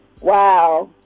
wow